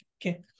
Okay